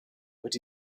but